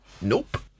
Nope